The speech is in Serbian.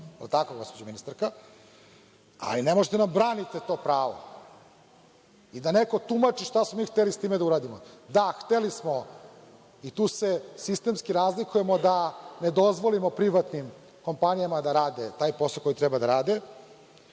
Ne možete da nam branite to pravo i da neko tumači šta smo mi hteli sa tim da uradimo. Da, hteli smo, i tu se sistemski razlikujemo, da ne dozvolimo privatnim kompanijama da rade taj posao koji treba da rade.